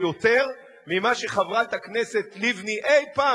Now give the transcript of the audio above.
הרבה יותר ממה שחברת הכנסת לבני אי-פעם,